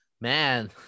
Man